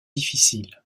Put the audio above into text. difficile